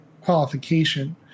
qualification